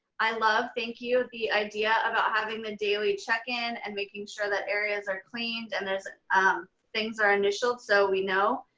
i love thank you of the idea about having the daily check in and making sure that areas are cleaned and things are initialed so we know.